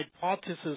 hypothesis